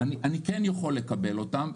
אני כן יכול לקבל אותם.